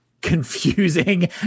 confusing